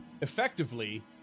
Effectively